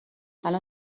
الان